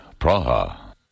Praha